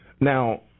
Now